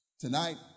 Tonight